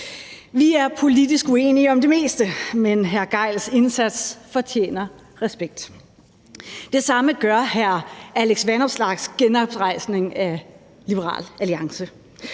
Vi er politisk uenige om det meste, men hr. Torsten Gejls indsats fortjener respekt. Det samme gør hr. Alex Vanopslaghs genrejsning af Liberal Alliance.